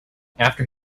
after